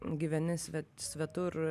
gyveni svet svetur